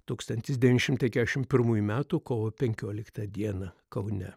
tūkstantis devyni šimtai kesšim pirmųjų metų kovo penkioliktą dieną kaune